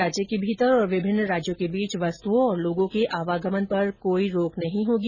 राज्य के भीतर और विभिन्न राज्यों के बीच वस्तओं और लोगों के आवागमन पर कोई प्रतिबंध नहीं होगा